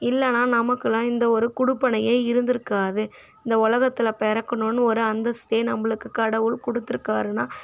இல்லைனா நமக்கெல்லாம் இந்த ஒரு கொடுப்பனையே இருந்திருக்காது இந்த உலகத்தில் பிறக்கணும்னு ஒரு அந்தஸ்த்தை நம்மளுக்கு கடவுள் கொடுத்துருக்காருனா